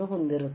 ಹೊಂದಿರುತ್ತದೆ